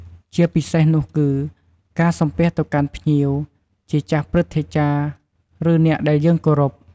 ជាពិសេសនោះគឺ ការសំពះទៅកាន់ភ្ញៀវ ជាចាស់ព្រឹទ្ធាចារ្យ ឬអ្នកដែលយើងគោរព។